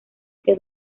que